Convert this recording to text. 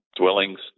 dwellings